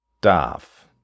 darf